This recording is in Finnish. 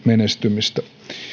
menestymistä